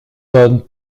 tonnes